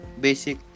basic